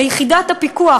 ליחידת הפיקוח,